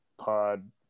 pod